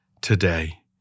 today